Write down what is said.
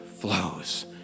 flows